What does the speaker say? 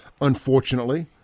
unfortunately